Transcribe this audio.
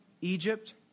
Egypt